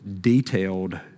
detailed